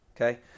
Okay